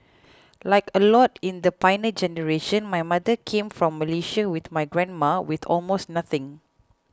like a lot in the Pioneer Generation my mother came from Malaysia with my grandma with almost nothing